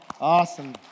Awesome